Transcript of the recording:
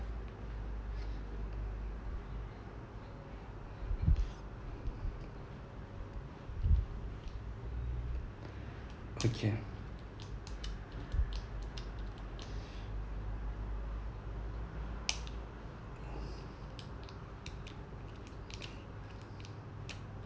okay